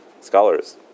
scholars